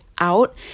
out